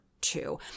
Two